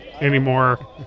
anymore